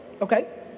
Okay